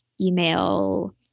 email